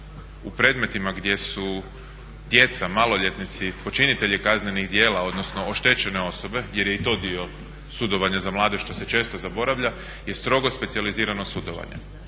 u predmetima gdje su djeca, maloljetnici, počinitelji kaznenih djela odnosno oštećene osobe jer je i to dio sudovanja za mladež što se često događa je strogo specijalizirano sudovanje.